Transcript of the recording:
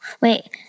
wait